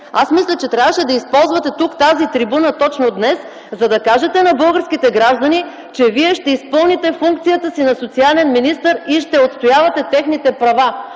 Мисля, че трябваше да използвате тук тази трибуна точно днес, за да кажете на българските граждани, че Вие ще изпълните функцията си на социален министър и ще отстоявате техните права,